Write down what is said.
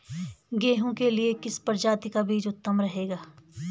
गेहूँ के लिए किस प्रजाति का बीज उत्तम रहेगा?